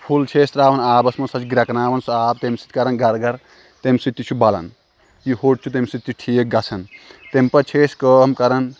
پھُل چھِ أسۍ ترٛاوان آبَس منٛز سۄ چھِ گرٛٮ۪کناوان سُہ آب تَمہِ سۭتۍ کَران گَر گَر تَمہِ سۭتۍ تہِ چھُ بَلان یہِ ہوٚٹ چھُ تَمہِ سۭتۍ تہِ ٹھیٖک گژھان تَمہِ پَتہٕ چھِ أسۍ کٲم کَران